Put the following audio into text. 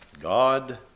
God